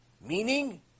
Meaning